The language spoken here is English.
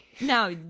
Now